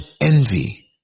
envy